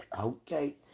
okay